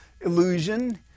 illusion